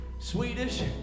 Swedish